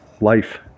life